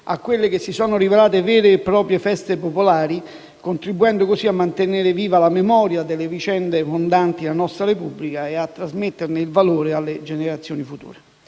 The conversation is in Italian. a quelle che si sono rivelate vere e proprie feste popolari, contribuendo così a mantenere viva la memoria delle vicende fondanti la nostra Repubblica e a trasmetterne il valore alle generazioni future.